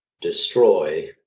destroy